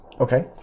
Okay